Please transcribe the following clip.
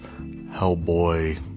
Hellboy